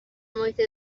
محیط